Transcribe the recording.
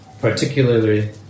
particularly